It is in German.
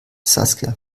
saskia